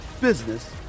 business